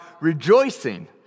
rejoicing